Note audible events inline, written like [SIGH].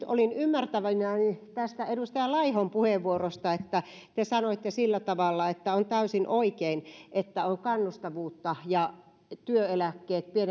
[UNINTELLIGIBLE] olin ymmärtävinäni tästä edustaja laihon puheenvuorosta että te sanoitte sillä tavalla että on täysin oikein että on kannustavuutta ja pienet